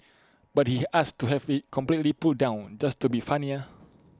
but he asked to have IT completely pulled down just to be funnier